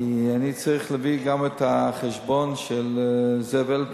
כי אני צריך להביא גם את החשבון של זבל,